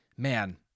Man